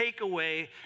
takeaway